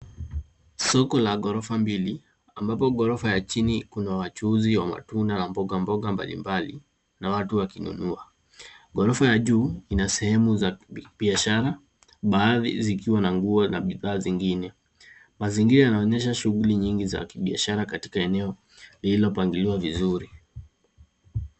Soko la ghorofa mbili ambapo ghorofa ya chini kuna wachuuzi wa matunda na mbogamboga mbalimbali na watu wakinunua. ghorofa ya juu ina sehemu ya biashara, baadhi zikiwa na nguo na bidhaa zingine. Mazingira yanaonyesha shughuli nyingi za kibiashara katika eneo lililopangiliwa vizuri.